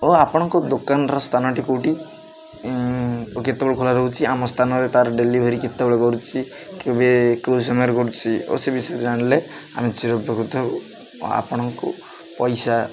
ଓ ଆପଣଙ୍କ ଦୋକାନର ସ୍ଥାନଟି କେଉଁଠି ଓ କେତେବେଳେ ଖୋଲା ରହୁଛି ଆମ ସ୍ଥାନରେ ତା'ର ଡେଲିଭରି କେତେବେଳେ କରୁଛି କେବେ କେଉଁ ସମୟରେ କରୁଛି ଓ ସେ ବିଷୟରେ ଜାଣିଲେ ଆମେ ଚିରକୃତ ହଉ ଆପଣଙ୍କୁ ପଇସା